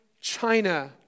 China